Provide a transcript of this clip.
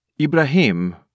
Ibrahim